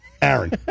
Aaron